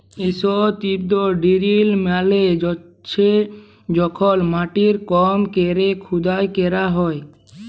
strip drill মালে হছে যখল মাটির কম ক্যরে খুদাই ক্যরা হ্যয়